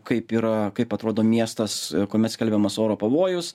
kaip yra kaip atrodo miestas kuomet skelbiamas oro pavojus